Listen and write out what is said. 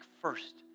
first